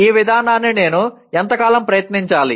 ఈ విధానాన్ని నేను ఎంతకాలం ప్రయత్నించాలి